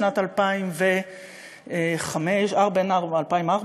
בשנת 2005. בין 2004,